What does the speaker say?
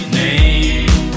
name